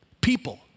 People